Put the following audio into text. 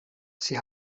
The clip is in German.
sie